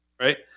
right